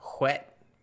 wet